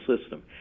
system